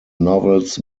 novels